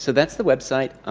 so that's the website.